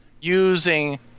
using